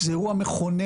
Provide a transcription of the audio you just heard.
זה אירוע מכונן.